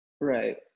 Right